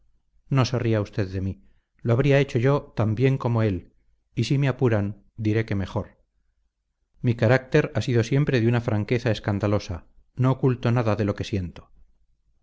no se ría usted de mí lo habría hecho yo tan bien como él y si me apuran diré que mejor mi carácter ha sido siempre de una franqueza escandalosa no oculto nada de lo que siento